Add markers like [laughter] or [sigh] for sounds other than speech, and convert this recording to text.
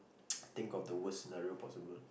[noise] think of the worst scenario possible